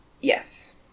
Yes